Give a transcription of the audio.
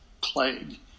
Plague